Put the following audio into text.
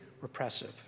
repressive